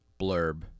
blurb